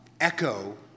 echo